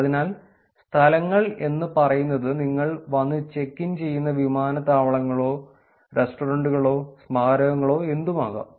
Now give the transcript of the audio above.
അതിനാൽ സ്ഥലങ്ങൾ എന്ന് പറയുന്നത് നിങ്ങൾ വന്ന് ചെക്ക് ഇൻ ചെയ്യുന്ന വിമാനത്താവളങ്ങളോ റെസ്റ്റോറന്റുകളോ സ്മാരകങ്ങളോ എന്തും ആകാം